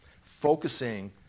focusing